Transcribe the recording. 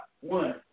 One